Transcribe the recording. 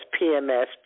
PMS